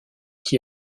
qui